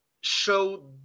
show